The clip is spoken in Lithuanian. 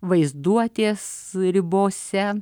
vaizduotės ribose